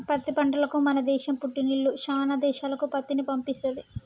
పత్తి పంటకు మన దేశం పుట్టిల్లు శానా దేశాలకు పత్తిని పంపిస్తది